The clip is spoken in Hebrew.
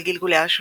על גלגוליה השונים.